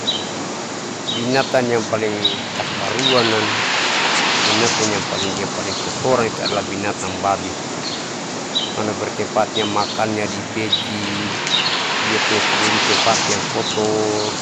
Ya binatan yang paling takaruannan binatan yang paling dia paling kotoran itu adalah binatan babi, mana bertempat makannya di peci, diia punya tidurnya ditempat yang kotor